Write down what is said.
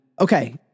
Okay